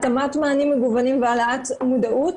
התאמת מענים מגוונים והעלאת מודעות.